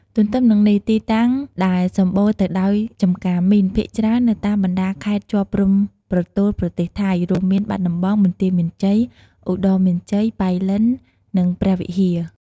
ទន្ទឹមនិងនេះទីតាំងដែលដែលសម្បូរទៅដោយចម្ការមីន ភាគច្រើននៅតាមបណ្តាលខេត្តជាប់ព្រំប្រទល់ប្រទេសថៃ រួមមាន បាត់ដំបង បន្ទាយមានជ័យ ឧត្តរមានជ័យ ប៉ៃលិន និងព្រះវិហារ។